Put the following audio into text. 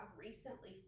recently